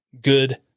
good